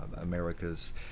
America's